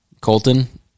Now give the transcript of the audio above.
Colton